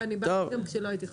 אני באתי גם כשלא הייתי חברה.